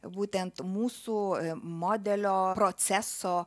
būtent mūsų modelio proceso